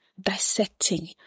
dissecting